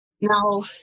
Now